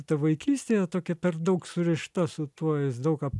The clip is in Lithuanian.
ta vaikystėje tokia per daug surišta su tuo jis daug kam